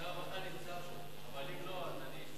שר הרווחה נמצא פה, אבל אם לא, אני,